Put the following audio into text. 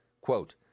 Quote